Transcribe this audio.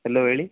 hello ಹೇಳಿ